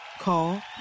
Call